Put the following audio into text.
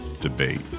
debate